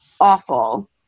awful